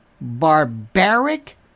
barbaric